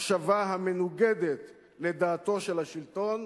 מחשבה המנוגדת לדעתו של השלטון,